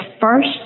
first